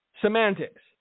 Semantics